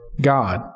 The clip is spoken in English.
God